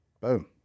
Boom